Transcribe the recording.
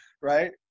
right